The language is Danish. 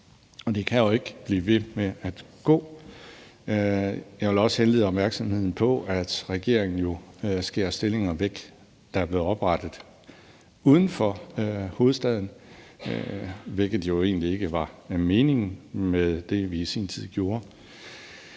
det kan jo ikke blive ved med at gå. Jeg vil også henlede opmærksomheden på, at regeringen jo skærer stillinger væk, der er blevet oprettet uden for hovedstaden, hvilket jo egentlig ikke var meningen med det, vi i sin tid gjorde.